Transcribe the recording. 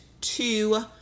two